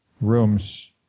rooms